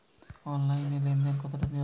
অনলাইনে লেন দেন কতটা নিরাপদ?